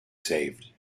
saved